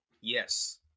Yes